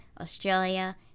Australia